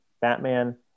Batman